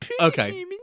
Okay